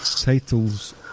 titles